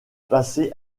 passer